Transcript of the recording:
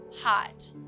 hot